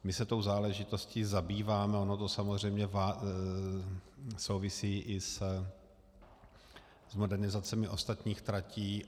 My se tou záležitostí zabýváme, ono to samozřejmě souvisí i s modernizacemi ostatních tratí.